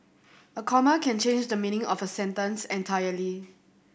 a comma can change the meaning of a sentence entirely